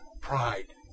Pride